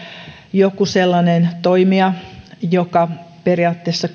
joku sellainen toimija joka periaatteessa